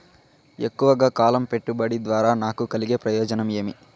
ఎక్కువగా కాలం పెట్టుబడి ద్వారా నాకు కలిగే ప్రయోజనం ఏమి?